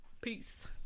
Peace